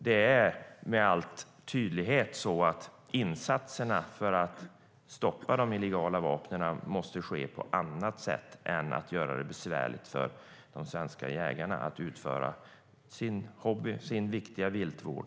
Det är tydligt att insatserna för att stoppa de illegala vapnen måste ske på annat sätt än genom att man gör det besvärligt för de svenska jägarna att ägna sig åt sin hobby och att utföra viktig viltvård.